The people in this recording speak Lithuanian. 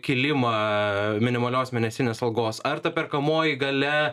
kėlimą minimalios mėnesinės algos ar ta perkamoji galia